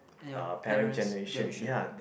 and your parent's generation ah